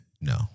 No